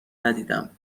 ندیدم